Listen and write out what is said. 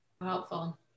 Helpful